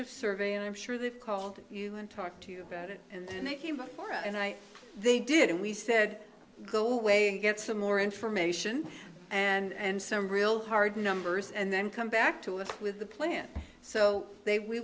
of survey and i'm sure they've called you and talked to you about it and they came up for and i they did and we said go away and get some more information and some real hard numbers and then come back to us with a plan so they we